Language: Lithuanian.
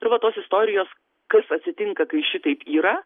ir va tos istorijos kas atsitinka kai šitaip yra